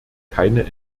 keine